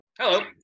Hello